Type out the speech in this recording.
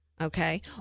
okay